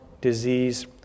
disease